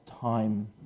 time